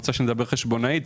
חשבונאית?